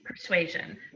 Persuasion